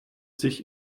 sich